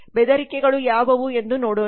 ಬೆದರಿಕೆಗಳು ಯಾವುವು ಎಂದು ನೋಡೋಣ